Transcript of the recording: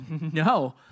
no